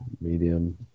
medium